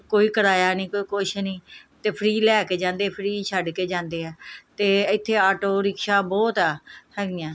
ਕੋਈ ਕਿਰਾਇਆ ਨਹੀਂ ਕੋਈ ਕੁਛ ਨਹੀਂ ਅਤੇ ਫਰੀ ਲੈ ਕੇ ਜਾਂਦੇ ਫਰੀ ਛੱਡ ਕੇ ਜਾਂਦੇ ਆ ਅਤੇ ਇੱਥੇ ਆਟੋ ਰਿਕਸ਼ਾ ਬਹੁਤ ਆ ਹੈਗੀਆਂ